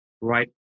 right